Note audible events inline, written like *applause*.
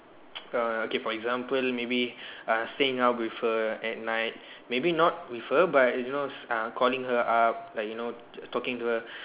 *noise* err okay for example maybe uh staying up with her at night maybe not with her but you know calling her up like you know talking to her